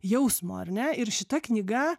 jausmo ar ne ir šita knyga